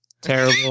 Terrible